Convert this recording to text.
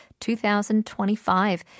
2025